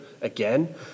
again